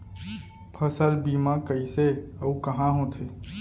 फसल बीमा कइसे अऊ कहाँ होथे?